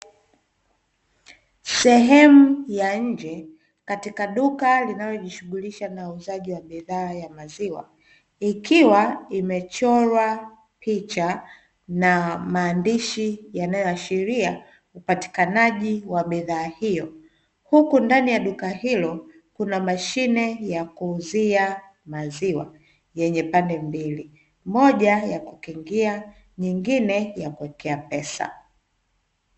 Sehemu ya nje katika duka linalojishughulisha na uuzaji wa bidhaa ya maziwa, ikiwa imechorwa picha na maandishi yanayoashiria upatikanaji wa bidhaa hiyo. Huku ndani ya duka hilo kuna mashine ya kuuzia maziwa yenye pande mbili, moja ya kukingia nyingine ya kuwekea pesa.